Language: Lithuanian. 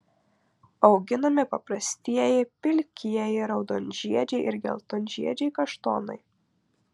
auginami paprastieji pilkieji raudonžiedžiai ir geltonžiedžiai kaštonai